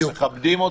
אנחנו מכבדים אותך,